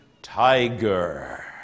tiger